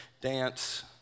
dance